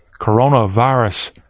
coronavirus